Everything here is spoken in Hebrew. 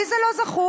לי זה לא זכור.